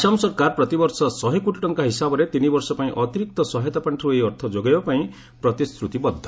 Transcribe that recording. ଆସାମ ସରକାର ପ୍ରତିବର୍ଷ ଶହେ କୋଟି ଟଙ୍କା ହିସାବରେ ତିନି ବର୍ଷ ପାଇଁ ଅତିରିକ୍ତ ସହାୟତା ପାଖିର୍ ଏହି ଅର୍ଥ ଯୋଗାଇବା ପାଇଁ ପ୍ରତିଶ୍ରୁତିବଦ୍ଧ